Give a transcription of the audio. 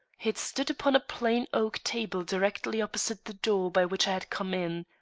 it stood upon a plain oak table directly opposite the door by which i had come in.